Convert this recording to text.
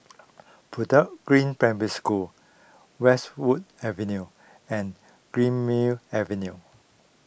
Bedok Green Primary School Westwood Avenue and Greenmead Avenue